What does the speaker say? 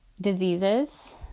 diseases